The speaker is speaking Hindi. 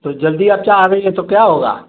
तो जल्दी आप चाह रही हैं तो क्या होगा